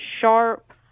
sharp